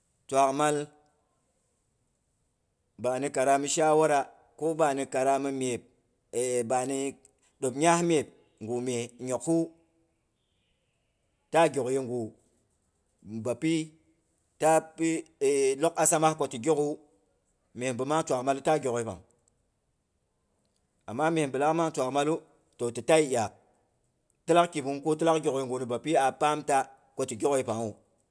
Twaak mal ba ni karami shawa rai ko bani karami myep e bani ɗop nyah myep ngwu mye nyok hiwu ta gyok yegu bapi tapi log assama ko ti gyok ga wu, me bi mang twaak malu taa gyok yepang. Amma mye bilaak nang twaak malu, toh ti tayi iyaak. Ti lak kibung ko tilak gyok yegu bapi a paam ta ko ti gyok yepangha wu.